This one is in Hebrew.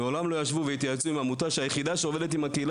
מעולם לא התייעצו עם העמותה היחידה שעובדת עם הקהילה